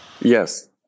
Yes